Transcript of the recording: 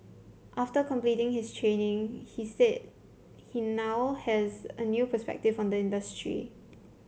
after completing his training he said he now has a new perspective on the industry